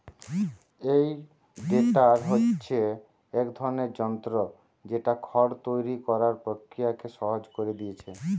এই টেডার হচ্ছে এক ধরনের যন্ত্র যেটা খড় তৈরি কোরার প্রক্রিয়াকে সহজ কোরে দিয়েছে